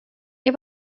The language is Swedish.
jag